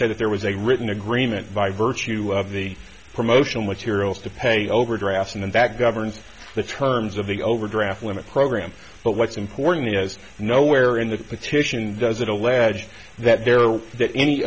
said that there was a written agreement by virtue of the promotional materials to pay overdraft and that governs the terms of the overdraft limit program but what's important has no where in the petition does it allege that there was that any